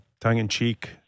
tongue-in-cheek